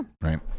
Right